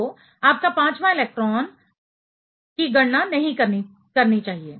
तो आपको पांचवां इलेक्ट्रॉन की गणना नहीं करनी चाहिए